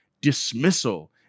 dismissal